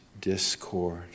discord